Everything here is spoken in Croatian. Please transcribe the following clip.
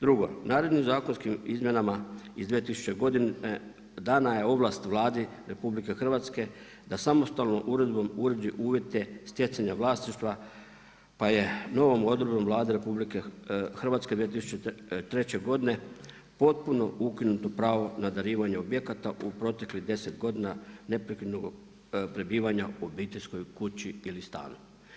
Drugo, narednim zakonskim izmjenama iz 2000. godine dana je ovlast Vladi RH da samostalno uredbom uređuje uvjete stjecanja vlasništva pa je novom odredbom Vlade RH 2003. godine potpuno ukinuto pravo na darivanje objekata u proteklih 10 godina neprekidnog prebivanja u obiteljskoj kući ili stanu.